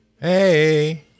Hey